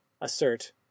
assert